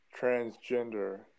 transgender